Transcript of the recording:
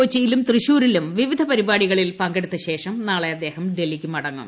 കൊച്ചിയിലും തൃശൂരിലും വിവിധ പരിപ്പാടിയിൽ പങ്കെടുത്തശേഷം നാളെ അദ്ദേഹം ഡൽഹിയിലേക്ക് മടങ്ങും